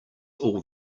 all